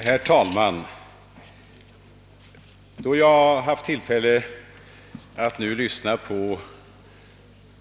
Herr talman!